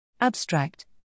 Abstract